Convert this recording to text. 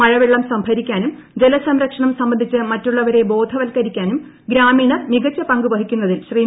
മഴവെള്ളം സംഭരിക്കാനും ജലസംരക്ഷണം സംബന്ധിച്ച് മറ്റുളളവരെ ബോധവത്ക്കരിക്കാനും ഗ്രാമീണർ മികച്ച പങ്ക് വഹിക്കുന്നതിൽ ശ്രീ